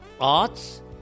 Arts